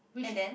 and then